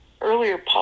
earlier